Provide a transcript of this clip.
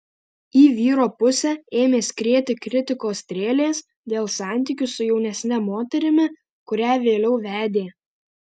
į vyro pusę ėmė skrieti kritikos strėlės dėl santykių su jaunesne moterimi kurią vėliau vedė